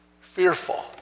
fearful